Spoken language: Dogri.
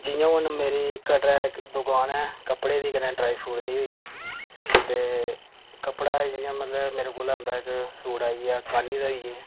जियां हून मेरी कटड़ा इक दुकान ऐ कपड़े दी कन्नै ड्राइफ्रूट दी होई गेई ते कपड़ा ऐ जियां मतलब मेरे कोल आंदा इक सूट आई गेआ कानी दे होई गे